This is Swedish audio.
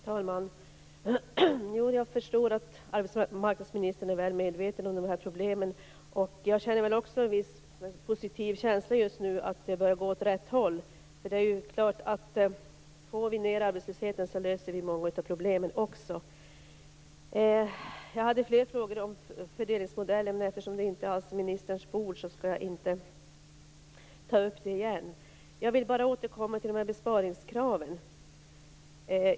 Fru talman! Jag förstår att arbetsmarknadsministern är väl medveten om de här problemen. Jag har just nu också en positiv känsla av att det börjar gå åt rätt håll. Får vi ned arbetslösheten är det klart att vi löser många av problemen. Jag hade fler frågor om fördelningsmodellen, men eftersom det inte alls är ministerns bord skall jag inte ta upp det igen. Jag vill bara återkomma till besparingskraven.